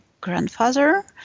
grandfather